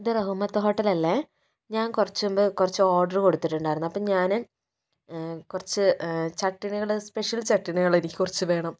ഇത് റഹ്മത്ത് ഹോട്ടൽ അല്ലേ ഞാൻ കൂറച്ചു മുമ്പ് കുറച്ച് ഓഡർ കൊടുത്തിട്ടുണ്ടായിരുന്നു അപ്പം ഞാന് കുറച് ചട്നികൾ സ്പെഷ്യൽ ചട്നികൾ എനിക്ക് കുറച്ച് വേണം